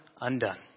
undone